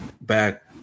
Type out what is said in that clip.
back